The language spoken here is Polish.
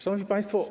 Szanowni Państwo!